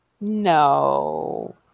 No